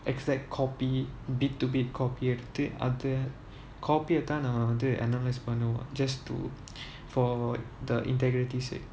it's like copy bit to bit copy எடுத்து:eduthu copy அ தான் நம்ம வந்து:a thaan namma vanthu analyze பண்ணுவோம்:pannuvom just to for the integrity sake